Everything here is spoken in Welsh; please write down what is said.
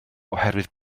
oherwydd